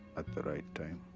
at the right time.